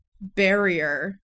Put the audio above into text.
barrier